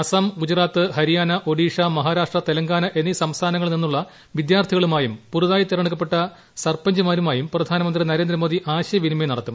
അസം ഗുജറാത്ത് ഹരിയാന ഒഡിഷ മഹാരാഷ്ട്ര തെലങ്കിന് എ്ന്നീ സംസ്ഥാനങ്ങളിൽ നിന്നുള്ള വിദ്യാർത്ഥികളുമായും പുതുതായി തെരഞ്ഞെടുക്കപ്പെട്ട സർപഞ്ചുമാരുമായും പ്രെയാനമന്ത്രി നരേന്ദ്രമോദി ആശയവിനിമയം നടത്തും